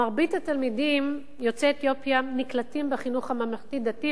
מרבית התלמידים יוצאי אתיופיה נקלטים בחינוך הממלכתי-דתי,